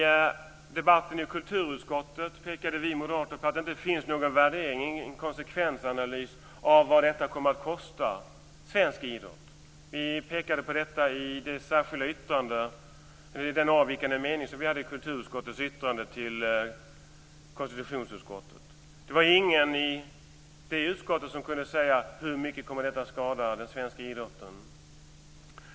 I debatten i kulturutskottet pekade vi moderater på att det inte finns någon värdering eller konsekvensanalys av vad detta kommer att kosta svensk idrott. Vi påpekade detta i den avvikande mening som vi hade till kulturutskottets yttrande till konstitutionsutskottet. Det var ingen i det utskottet som kunde säga hur mycket detta kommer att skada den svenska idrotten.